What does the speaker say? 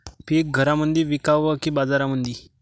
पीक घरामंदी विकावं की बाजारामंदी?